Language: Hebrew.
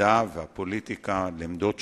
מדע לפוליטיקה, עמדות שונות,